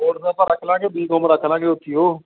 ਹੋਰ ਤਾਂ ਆਪਾਂ ਰੱਖ ਲਵਾਂਗੇ ਬੀ ਕਾਮ ਰੱਖ ਲਵਾਂਗੇ ਉੱਥੀ ਹੋ